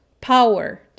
power